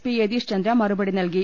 P Yathish Chandra മറു പടി നൽകി